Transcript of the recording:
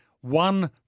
one